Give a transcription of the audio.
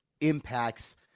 impacts